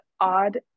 odd